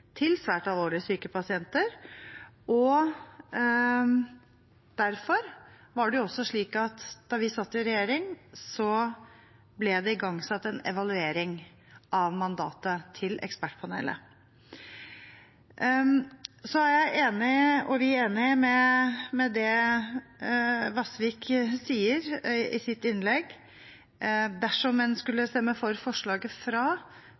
til svært alvorlig syke pasienter. Derfor ble det også, da vi satt i regjering, igangsatt en evaluering av mandatet til ekspertpanelet. Vi er enig i det som representanten Vasvik sa i sitt innlegg: Dersom det ble flertall for forslaget fra